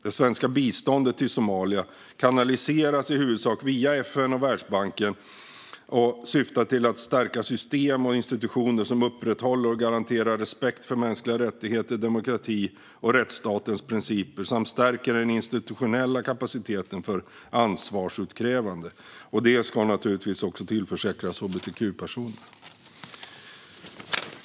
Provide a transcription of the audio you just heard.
Det svenska biståndet till Somalia kanaliseras i huvudsak via FN och Världsbanken och syftar till att stärka system och institutioner som upprätthåller och garanterar respekt för mänskliga rättigheter, demokrati och rättsstatens principer samt stärker den institutionella kapaciteten för ansvarsutkrävande. Detta ska naturligtvis också tillförsäkras hbtq-personer.